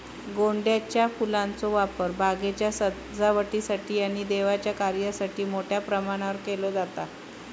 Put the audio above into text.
गोंड्याच्या फुलांचो वापर बागेच्या सजावटीसाठी आणि देवाच्या कार्यासाठी मोठ्या प्रमाणावर केलो जाता